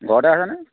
ঘৰতে আছানে